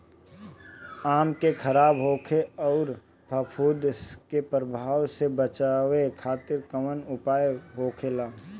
आम के खराब होखे अउर फफूद के प्रभाव से बचावे खातिर कउन उपाय होखेला?